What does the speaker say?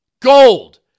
Gold